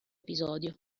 episodio